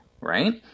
right